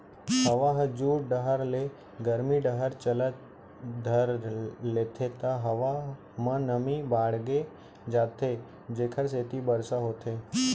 हवा ह जुड़ डहर ले गरमी डहर चले ल धर लेथे त हवा म नमी बाड़गे जाथे जेकर सेती बरसा होथे